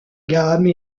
gamme